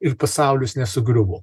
ir pasaulis nesugriuvo